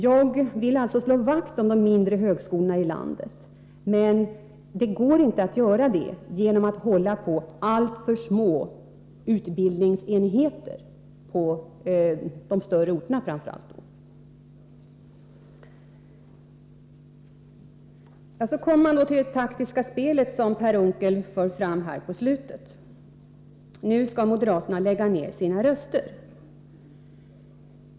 Jag vill slå vakt om de mindre högskolorna i landet, men det går inte att göra det genom att hålla på alltför små utbildningsenheter per utbildning, då framför allt på de större orterna. Så kommer vi till Per Unckels taktiska spel här på slutet. Nu skall moderaterna lägga ned sina röster, förklarar Per Unckel.